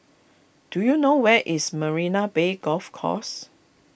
do you know where is Marina Bay Golf Course